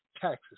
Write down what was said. taxes